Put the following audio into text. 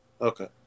Okay